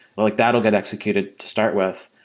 like that will get executed to start with.